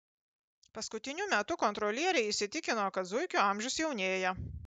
paskutiniu metu kontrolieriai įsitikino kad zuikių amžius jaunėja